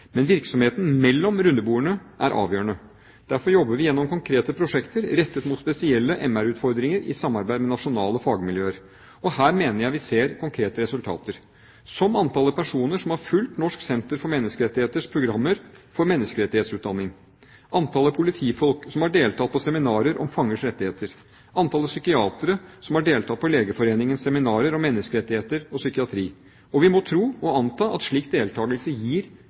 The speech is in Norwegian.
Men virksomheten mellom rundebordene er avgjørende. Derfor jobber vi gjennom konkrete prosjekter rettet mot spesielle MR-utfordringer i samarbeid med nasjonale fagmiljøer. Her mener jeg vi ser konkrete resultater – som antallet personer som har fulgt Norsk senter for menneskerettigheters programmer for menneskerettighetsutdanning, antallet politifolk som har deltatt på seminarer om fangers rettigheter og antallet psykiatere som har deltatt på Legeforeningens seminarer om menneskerettigheter og psykiatri. Vi må tro og anta at slik deltakelse gir